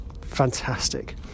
fantastic